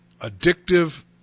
addictive